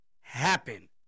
happen